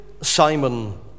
Simon